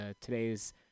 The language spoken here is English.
today's